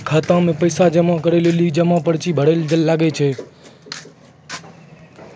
खाता मे पैसा जमा करै लेली जमा पर्ची भरैल लागै छै